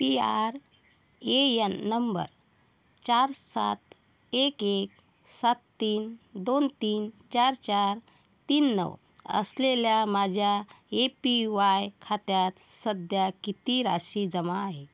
P R A N number चार सात एक एक सात तीन दोन तीन चार चार तीन नऊ असलेल्या माझ्या ए पी वाय खात्यात सध्या किती राशी जमा आहे